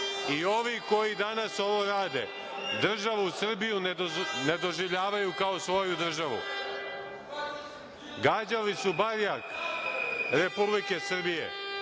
I, ovi koji danas rade, državu Srbiju ne doživljavaju kao svoju državu. Gađali su barjak Republike Srbije